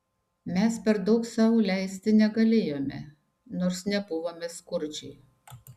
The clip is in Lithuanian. mes per daug sau leisti negalėjome nors nebuvome skurdžiai